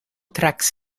tracks